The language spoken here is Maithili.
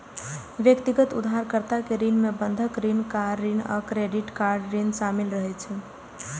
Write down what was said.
व्यक्तिगत उधारकर्ता के ऋण मे बंधक ऋण, कार ऋण आ क्रेडिट कार्ड ऋण शामिल रहै छै